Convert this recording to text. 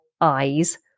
eyes